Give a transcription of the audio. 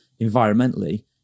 Environmentally